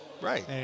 Right